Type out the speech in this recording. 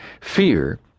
Fear